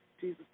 Jesus